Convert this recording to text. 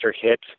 hit